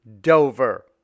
Dover